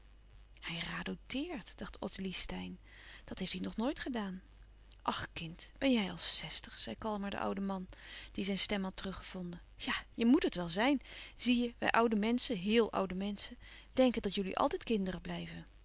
hij radoteert dacht ottilie steyn dat heeft hij nog nooit gedaan ach kind ben jij al zestig zei kalmer de oude man die zijn stem had teruggevonden ja je moet het wel zijn zie je wij oude menschen heel oude menschen denken dat jullie altijd kinderen blijven